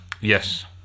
Yes